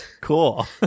Cool